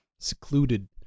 secluded